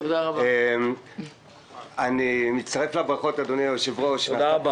אדוני היושב ראש, אני מצטרף לברכות לך